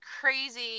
crazy